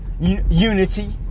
unity